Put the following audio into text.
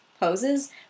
poses